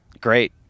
Great